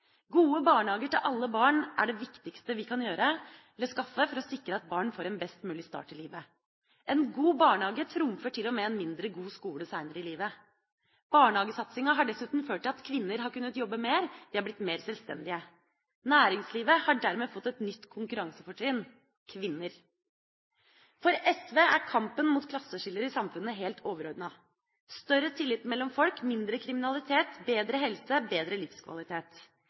Gode barnehager til alle barn er det viktigste vi kan skaffe for å sikre at barn får en best mulig start i livet. En god barnehage trumfer til og med en mindre god skole seinere i livet. Barnehagesatsinga har dessuten ført til at kvinner har kunnet jobbe mer, de er blitt mer selvstendige. Næringslivet har dermed fått et nytt konkurransefortrinn: kvinner. For SV er kampen mot klasseskiller i samfunnet helt overordnet – større tillit mellom folk, mindre kriminalitet, bedre helse, bedre livskvalitet.